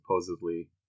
supposedly